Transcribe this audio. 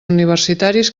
universitaris